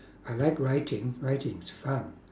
I like writing writing is fun